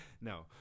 no